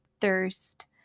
thirst